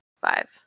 five